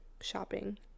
shopping